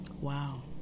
Wow